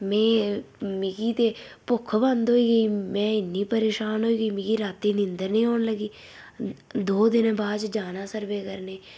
मि मिगी ते भुक्ख बंद होई गेई में इन्नी परेशान होई गेई मिगी रातीं नींदर नी होन लगी दौं दिन बाद च जाना सर्वे करने गी